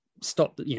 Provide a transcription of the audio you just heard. stop